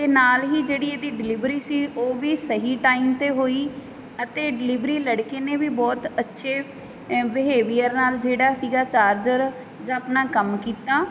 ਅਤੇ ਨਾਲ ਹੀ ਜਿਹੜੀ ਇਹਦੀ ਡਿਲੀਵਰੀ ਸੀ ਉਹ ਵੀ ਸਹੀ ਟਾਈਮ 'ਤੇ ਹੋਈ ਅਤੇ ਡਿਲੀਵਰੀ ਲੜਕੇ ਨੇ ਵੀ ਬਹੁਤ ਅੱਛੇ ਹੈ ਬਿਹੇਵੀਅਰ ਨਾਲ ਜਿਹੜਾ ਸੀਗਾ ਚਾਰਜਰ ਜਾਂ ਆਪਣਾ ਕੰਮ ਕੀਤਾ